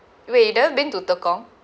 wait you never been to tekong